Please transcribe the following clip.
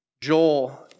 Joel